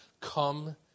come